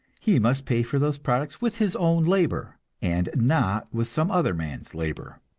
he must pay for those products with his own labor, and not with some other man's labor.